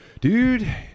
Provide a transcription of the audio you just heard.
dude